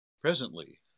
Presently